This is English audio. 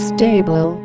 Stable